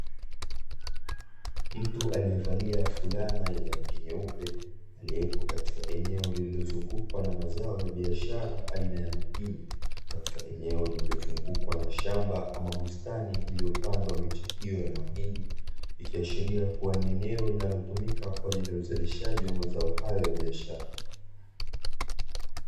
Mtu aliyevalia fulana yenye rangi nyeupe aliyepo katika eneo lililozungukwa na mazao ya biashara aina ya mahindi, katika eneo lililozungukwa na shamba ama bustani iliyopandwa miche hiyo ya mahindi ikiashiria kuwa ni eneo linalotumika kwa ajili ya uzalishaji wa mazao hayo ya biashara.